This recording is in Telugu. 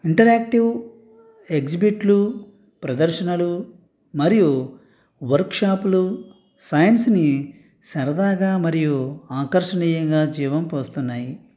ఇంటరాక్టివ్ ఎక్సిబిట్లు ప్రదర్శనలు మరియు వర్క్షాప్లు సైన్స్ని సరదాగా మరియు ఆకర్షణీయంగా జీవం పోస్తున్నాయి